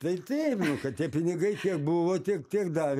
taip taip nu kad tie pinigai kiek buvo tiek tiek davė